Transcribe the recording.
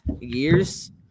years